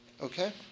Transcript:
Okay